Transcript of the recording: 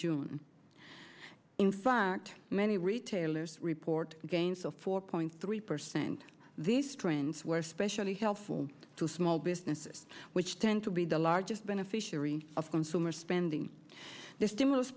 june in fact many retailers report gains of four point three percent these trends were especially helpful to small businesses which tend to be the largest beneficiary of consumer spending their stimulus